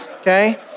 Okay